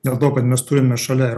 dėl to kad mes turime šalia ir